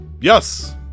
Yes